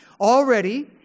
Already